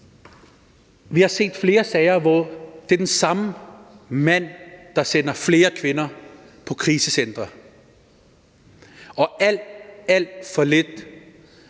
Vi har set flere sager, hvor det er den samme mand, der sender flere kvinder på krisecentre, og i alt for få